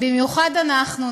במיוחד אנחנו,